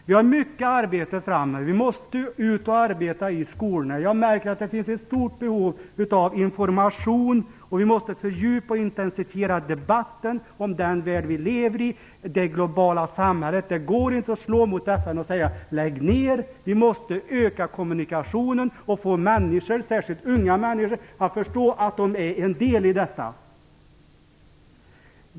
Vi har mycket arbete framför oss. Vi måste ut och arbeta i skolorna. Jag märker att det finns ett stort behov av information. Vi måste fördjupa och intensifiera debatten om den värld vi lever i - det globala samhället. Det går inte att slå mot FN och säga: Lägg ner. Vi måste öka kommunikationen och få människor, framför allt unga människor, att förstå att de är en del i detta.